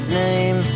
name